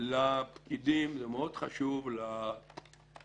לפקידים זה מאוד חשוב למורל,